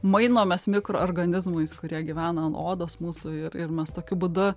mainomės mikroorganizmais kurie gyvena ant odos mūsų ir ir mes tokiu būdu